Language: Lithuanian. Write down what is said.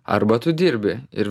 arba tu dirbi ir